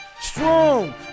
Strong